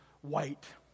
white